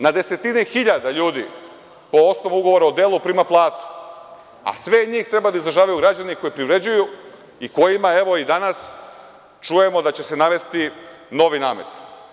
Na desetine hiljada ljudi po osnovu ugovora o delu prima platu, a sve njih treba da izdržavaju građani koji privređuju, i kojima evo i danas čujemo da će se navesti novi namet.